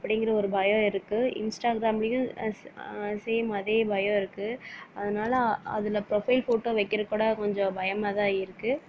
அப்படிங்கிற ஒரு பயம் இருக்குது இன்ஸ்டாகிராம்லேயும் சேம் அதே பயம் இருக்குது அதனால அதில் புரஃபைல் போட்டோ வைக்கிறக்கோட கொஞ்சம் பயமாகதான் இருக்குது